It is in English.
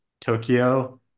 tokyo